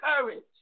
courage